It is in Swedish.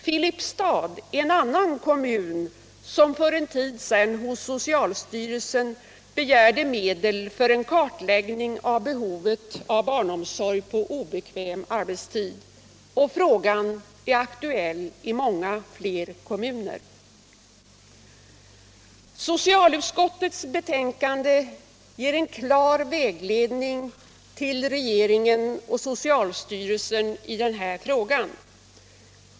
Filipstad är en annan kommun som för ett år sedan hos socialstyrelsen begärde medel för kartläggning av behovet av barnomsorg på obekväm arbetstid, och frågan är aktuell i många fler kommuner. Socialutskottets betänkande ger en klar vägledning till regeringen och socialstyrelsen i den här frågan.